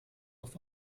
auf